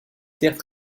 terres